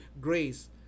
grace